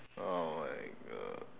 oh my god